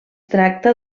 tracta